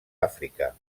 àfrica